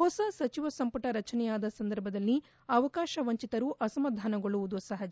ಹೊಸ ಸಚಿವ ಸಂಪುಟ ರಚನೆಯಾದ ಸಂದರ್ಭದಲ್ಲಿ ಅವಕಾಶ ವಂಚಿತರು ಅಸಮಾಧಾನಗೊಳ್ಳುವುದು ಸಪಜ